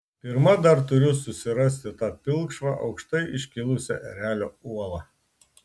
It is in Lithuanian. pirma dar turiu susirasti tą pilkšvą aukštai iškilusią erelio uolą